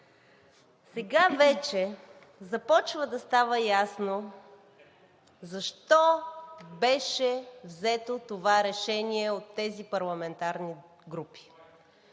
сега вече започва да става ясно защо беше взето това решение от тези парламентарни групи.